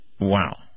Wow